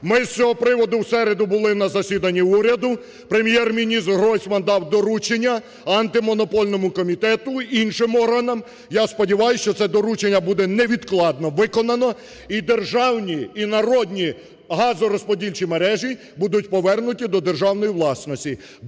Ми з цього приводу в середу були на засіданні уряду, Прем'єр-міністр Гройсман дав доручення Антимонопольному комітету і іншим органам, я сподіваюсь, що це доручення буде невідкладно виконано і державні, і народні газорозподільчі мережі будуть повернуті до державної власності.